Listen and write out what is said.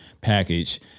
package